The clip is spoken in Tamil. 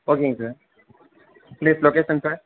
ஓகேங்க சார் பிளேஸ் லொக்கேஷன் சார்